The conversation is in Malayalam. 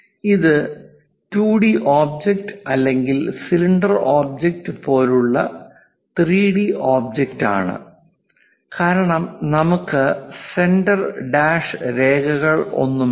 ഇത് 2 ഡി ഒബ്ജക്റ്റ് അല്ലെങ്കിൽ സിലിണ്ടർ ഒബ്ജക്റ്റ് പോലുള്ള 3 ഡി ഒബ്ജക്റ്റ് ആണോ കാരണം നമുക്ക് സെന്റർ ഡാഷ് രേഖകളൊന്നുമില്ല